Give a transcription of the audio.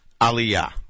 Aliyah